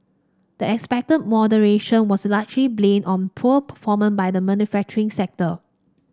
the expected moderation was largely blamed on poor performance by the manufacturing sector